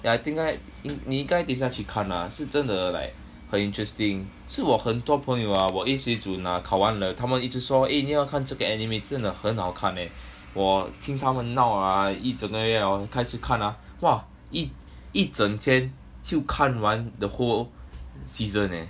yeah I think right 你应该等一下去看 ah 是真的 like 很 interesting 是我很多朋友 !wah! 我 A 水准 ah 考完了他们一直说 eh 你要看这个 anime 真的很好看 eh 我听他们闹 ah 整个月 ah 开始看 ah !wah! 一一整天就看完 the whole season eh